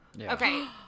Okay